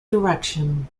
direction